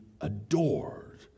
adored